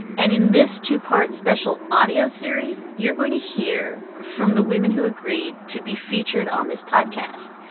and in this two part special audio series, you're going to hear from the women who agreed to be featured on this podcast.